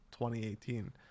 2018